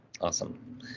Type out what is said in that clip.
Awesome